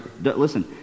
listen